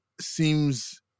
seems